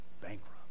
bankrupt